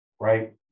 right